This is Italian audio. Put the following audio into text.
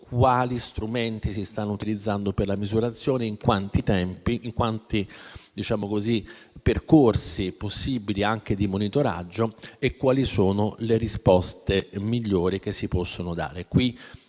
quali strumenti si stanno utilizzando per la misurazione, in quanti percorsi possibili anche di monitoraggio e quali sono le risposte migliori che si possono dare.